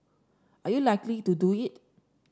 are you likely to do it